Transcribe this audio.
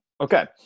Okay